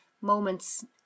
moments